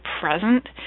present